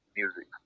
music